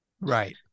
Right